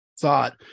thought